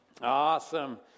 Awesome